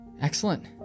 Excellent